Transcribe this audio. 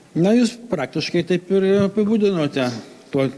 na jūs praktiškai taip ir apibūdinote tuo